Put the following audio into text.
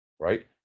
Right